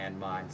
landmines